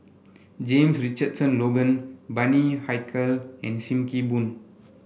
James Richardson Logan Bani Haykal and Sim Kee Boon